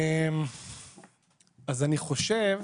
מניסיוננו,